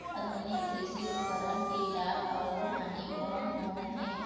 आधुनिक कृषि उपकरण के लाभ अऊ हानि कोन कोन हे?